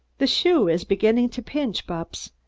the shoe is beginning to pinch, bupps.